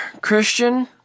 Christian